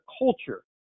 culture